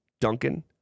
Duncan